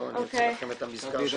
בוא נוציא לכם את המזכר שלכם.